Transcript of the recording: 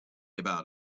about